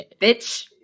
bitch